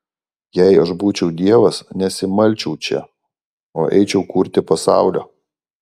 jei aš būčiau dievas nesimalčiau čia o eičiau kurti pasaulio